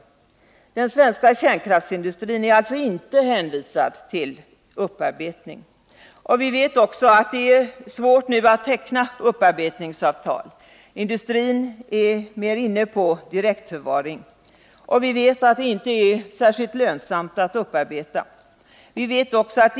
Den svenska kärnkraftsindustrin är alltså inte hänvisad till upparbetning. Vi vet också att det är svårt nu att teckna upparbetningsavtal — industrin är mer inne på direktförvaring — och vi vet att det inte är särskilt lönsamt att upparbeta.